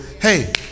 Hey